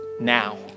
now